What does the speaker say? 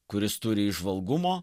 kuris turi įžvalgumo